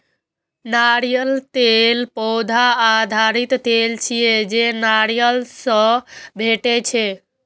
नारियल तेल पौधा आधारित तेल छियै, जे नारियल सं भेटै छै